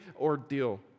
ordeal